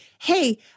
hey